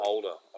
Older